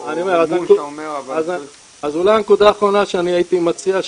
--- אז אולי הנקודה האחרונה שהייתי מציע,